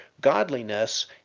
godliness